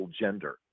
gender